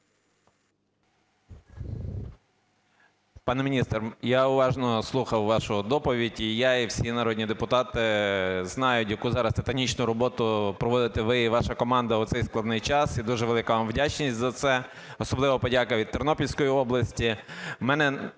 Пане міністре, я уважно слухав вашу доповідь і я, як всі народні депутати, знаю, яку зараз титанічну роботу проводите ви і ваша команда у цей складний час, і дуже велика вам вдячність за це, особлива подяка від Тернопільської області.